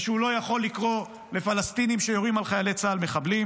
ושהוא לא יכול לקרוא לפלסטינים שיורים על חיילי צה"ל "מחבלים";